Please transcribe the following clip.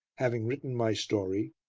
having written my story,